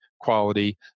quality